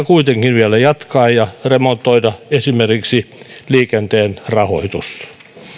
kuitenkin vielä jatkaa ja remontoida esimerkiksi liikenteen rahoitusta